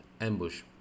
ambush